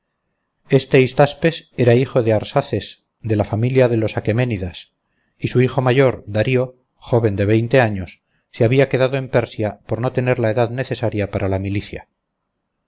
europa este hystaspes era hijo de arsaces de la familia de los acheménidas y su hijo mayor darío joven de veinte años se había quedado en persia por no tener la edad necesaria para la milicia